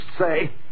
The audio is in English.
say